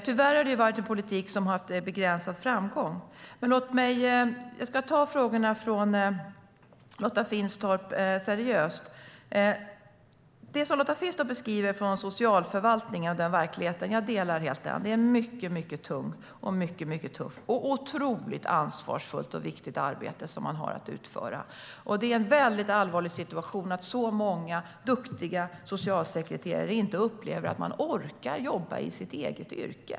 Tyvärr är det en politik som har haft begränsad framgång. Jag ska ta frågorna från Lotta Finstorp seriöst. Den beskrivning hon gör från socialförvaltningen av verkligheten där delar jag helt. Det är mycket tungt och tufft, och det är ett otroligt ansvarsfullt och viktigt arbete som man har att utföra. Det är en väldigt allvarlig situation att så många duktiga socialsekreterare inte upplever att man orkar jobba i sitt eget yrke.